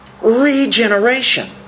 regeneration